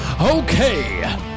Okay